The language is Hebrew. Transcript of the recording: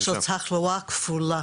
של תחלואה כפולה,